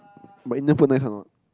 but Indian food nice or not